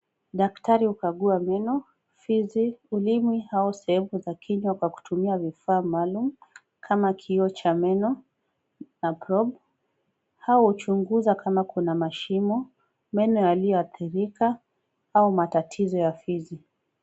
Daktari hukangua meno, fizi , ulimi au sehemu za kinywa Kwa kutumia vifaa maalum kama kioo cha meno na grob , au huchunguza kama kama kuna mashimo, Meno yaliyoathirika au matatizo ya fizi .